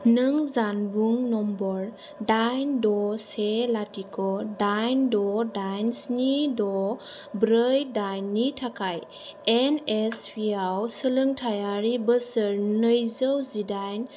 नों जानबुं नम्बर दाइन द' से लाथिख' दाइन द' दाइन स्नि द' ब्रै दाइननि थाखाय एन एस पि आव सोलोंथायारि बोसोर नैजौ जिदाइन